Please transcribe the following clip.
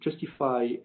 justify